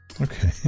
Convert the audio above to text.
Okay